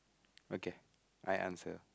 okay I answer